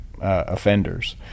offenders